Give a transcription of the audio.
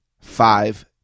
five